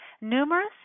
Numerous